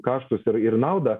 kaštus ir ir naudą